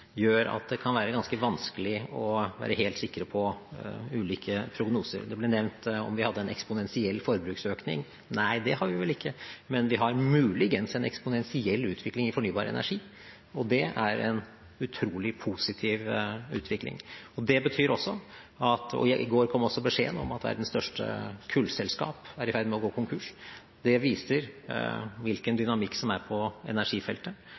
gjør at det kan være ganske vanskelig å være helt sikre på ulike prognoser. Det ble nevnt om vi hadde en eksponentiell forbruksøkning. Nei, det har vi vel ikke, men vi har muligens en eksponentiell utvikling i fornybar energi, og det er en utrolig positiv utvikling. I går kom også beskjeden om at verdens største kullselskap er i ferd med å gå konkurs. Det viser hvilken dynamikk som er på energifeltet.